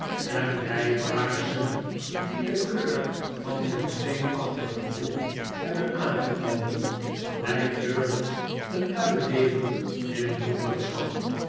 en rijglaarzen die de kleur van zjjn steenachtig beroep hebben aangenomen leidt durdels een lui leven in